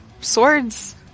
swords